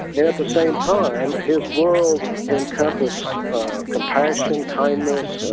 and same time his world encompassed compassion, kindness,